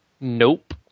Nope